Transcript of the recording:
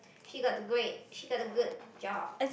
she got the great she got the good job